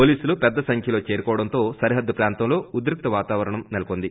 పోలీసులు పెద్ద సంఖ్యలో చేరుకోవడంతో సరిహద్దు ప్రాంతంలో ఉద్రిక్త వాతావరణం నెలకొంది